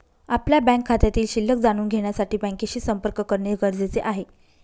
आपल्या बँक खात्यातील शिल्लक जाणून घेण्यासाठी बँकेशी संपर्क करणे गरजेचे आहे